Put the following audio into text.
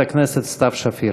חברת הכנסת סתיו שפיר.